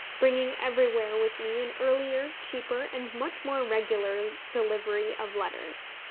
bringing everywhere with me an earlier, cheaper, and much more regular delivery of letters.